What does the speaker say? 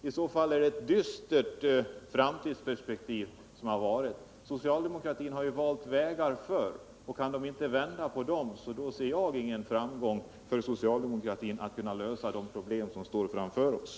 I så fall är det dystra framtidsperspektiv. Socialdemokraterna har ju valt vägar förr. Kan de inte vända, ser jag ingen framgång för socialdemokratin när det gäller att lösa problemen framför oss.